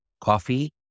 coffee